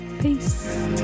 Peace